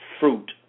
Fruit